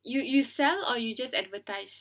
you you sell or you just advertise